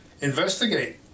investigate